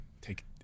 take